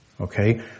Okay